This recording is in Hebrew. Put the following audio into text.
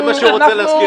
זה מה שהוא רוצה להזכיר לך.